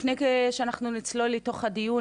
לפני שאנחנו נצלול לתוך הדיון,